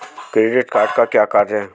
Credit card का क्या कार्य है?